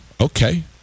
Okay